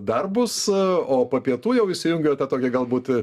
darbus o po pietų jau įsijungiau į tą tokį galbūt